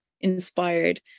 inspired